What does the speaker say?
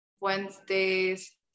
Wednesdays